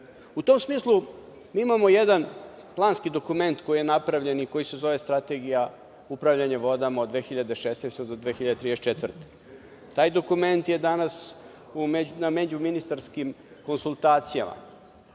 tom smislu, mi imamo jedan planski dokument koji je napravljen, i koji se zove Strategija upravljanja vodama od 2016. do 2034. godine. Taj dokument je danas na međuministarskim konsultacijama.